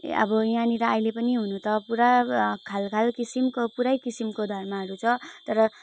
अब यहाँनिर अहिले पनि हुनु त पुरा खालखाल किसिमको पुरै किसिमको धर्महरू छ तर